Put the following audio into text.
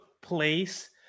place